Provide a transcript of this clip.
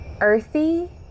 earthy